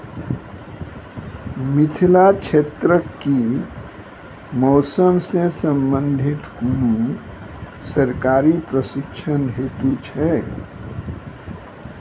मिथिला क्षेत्रक कि मौसम से संबंधित कुनू सरकारी प्रशिक्षण हेतु छै?